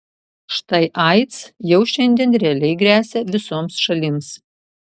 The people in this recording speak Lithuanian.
štai aids jau šiandien realiai gresia visoms šalims